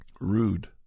rude